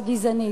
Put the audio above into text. וגזענית.